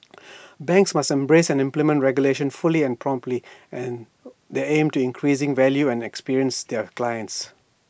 banks must embrace and implement regulation fully and promptly and the aim to increasing value and experience their clients